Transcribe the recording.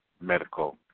medical